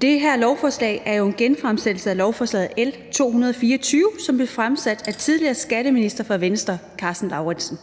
Det her lovforslag er jo en genfremsættelse af lovforslag nr. L 224, som blev fremsat af tidligere skatteminister fra Venstre Karsten Lauritzen.